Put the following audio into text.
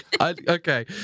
Okay